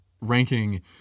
ranking